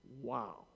Wow